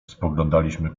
spoglądaliśmy